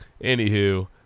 Anywho